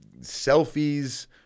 selfies